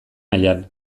nahian